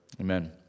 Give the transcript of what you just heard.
Amen